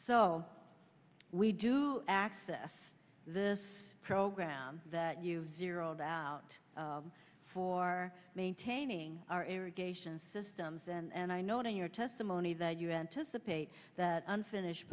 so we do access this program that you've zeroed out for maintaining our irrigation systems and i note in your testimony that you anticipate that unfinished